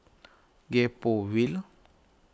Gek Poh Ville